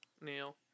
Neil